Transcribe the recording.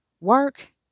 work